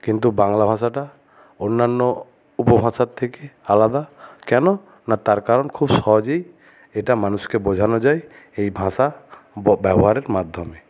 কিন্তু বাংলা ভাষাটা অন্যান্য উপভাষার থেকে আলাদা কেন না তার কারণ খুব সহজেই এটা মানুষকে বোঝানো যায় এই ভাষা ব্যবহারের মাধ্যমে